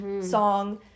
song